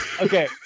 okay